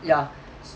yeah